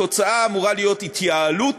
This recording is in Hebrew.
התוצאה אמורה להיות התייעלות